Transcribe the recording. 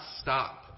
stop